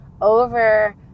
over